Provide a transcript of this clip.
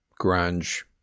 grunge